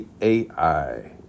Ai